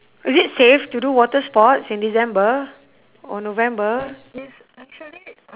is it safe to do water sports in december or november